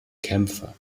kämpfer